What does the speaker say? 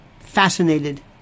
fascinated